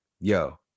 Yo